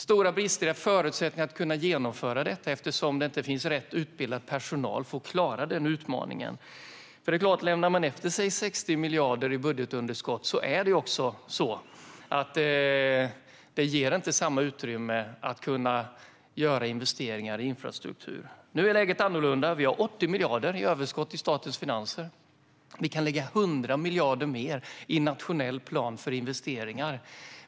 Stora brister är förutsättningen att kunna genomföra detta, eftersom det inte finns rätt utbildad personal för att klara den utmaningen. Lämnar man efter sig 60 miljarder i budgetunderskott ger det inte samma utrymme att göra investeringar i infrastruktur. Nu är läget annorlunda. Vi har 80 miljarder i överskott i statens finanser. Vi kan lägga 100 miljarder mer i en nationell plan för investeringar.